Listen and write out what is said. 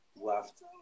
left